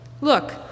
Look